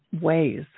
ways